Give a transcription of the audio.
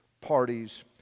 parties